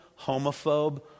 homophobe